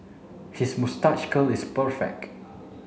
his moustache curl is perfect